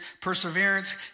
perseverance